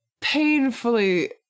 painfully